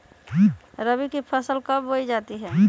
रबी की फसल कब बोई जाती है?